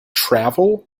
travel